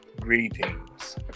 Greetings